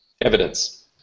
evidence